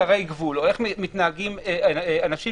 גבול, או איך מתנהגים אנשים